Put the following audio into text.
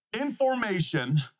Information